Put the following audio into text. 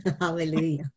Hallelujah